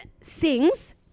sings